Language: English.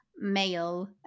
male